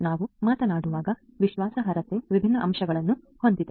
ನಾವು ಮಾತನಾಡುವಾಗ ವಿಶ್ವಾಸಾರ್ಹತೆ ವಿಭಿನ್ನ ಅಂಶಗಳನ್ನು ಹೊಂದಿದೆ